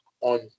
on